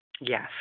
yes